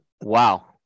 Wow